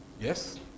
Yes